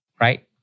right